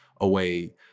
away